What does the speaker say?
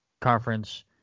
conference